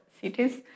cities